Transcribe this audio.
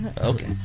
okay